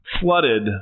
flooded